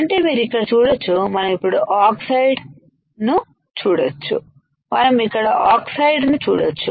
అంటే మీరు ఇక్కడ చూడొచ్చు మనం ఇప్పుడుఆక్సైడ్ను చూడొచ్చు మనం ఇక్కడ ఆక్సైడ్ను చూడొచ్చు